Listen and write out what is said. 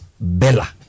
Bella